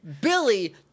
Billy